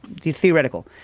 Theoretical